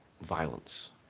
violence